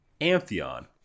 Amphion